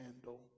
handle